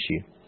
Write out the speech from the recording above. issue